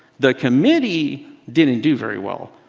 the committee didn't do very well.